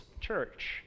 church